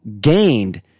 gained